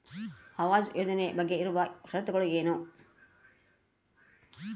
ಆವಾಸ್ ಯೋಜನೆ ಬಗ್ಗೆ ಇರುವ ಶರತ್ತುಗಳು ಏನು?